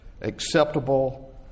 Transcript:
acceptable